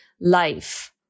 life